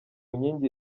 nkingi